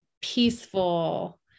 peaceful